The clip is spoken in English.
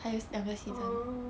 oh